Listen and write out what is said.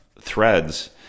threads